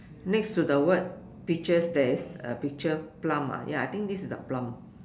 next to the word peaches there is a picture plum ah ya I think this is a plum